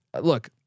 Look